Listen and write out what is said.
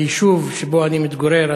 ביישוב שבו אני מתגורר,